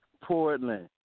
Portland